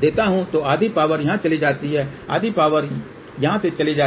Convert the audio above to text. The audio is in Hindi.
देता हूँ तो आधी पावर यहाँ चली जाती है आधी पावर यहाँ से चली जाती है